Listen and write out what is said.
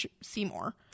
Seymour